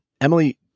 Emily